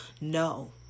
No